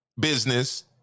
business